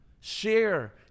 share